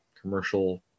commercial